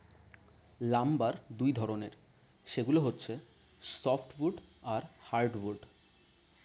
lumber দুই ধরনের, সেগুলো হচ্ছে সফ্ট উড আর হার্ড উড